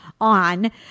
on